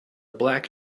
black